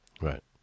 Right